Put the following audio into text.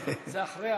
זה אחרי,